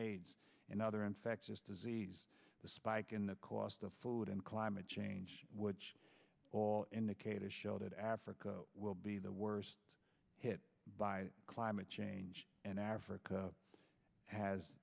aids and other infectious disease the spike in the cost of food and climate change which all indicators show that africa will be the worst hit by climate change and africa has